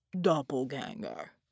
doppelganger